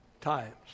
times